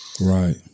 Right